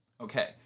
okay